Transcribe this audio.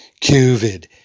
COVID